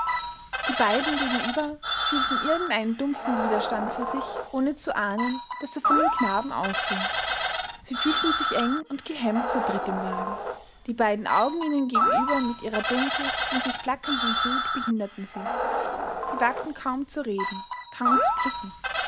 die beiden gegenüber fühlten irgendeinen dumpfen widerstand vor sich ohne zu ahnen daß er von dem knaben ausging sie fühlten sich eng und gehemmt zu dritt im wagen die beiden augen ihnen gegenüber mit ihrer dunkel in sich flackernden glut behinderten sie sie wagten kaum zu reden kaum zu blicken